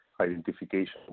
identification